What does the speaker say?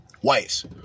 whites